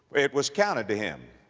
it was counted to him.